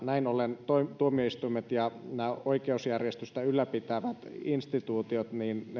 näin ollen tuomioistuimet ja nämä oikeusjärjestystä yllä pitävät instituutiot